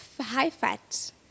high-fat